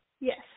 Yes